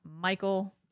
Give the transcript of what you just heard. Michael